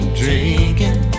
drinking